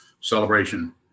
celebration